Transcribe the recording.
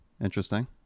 Interesting